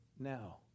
Now